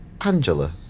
Angela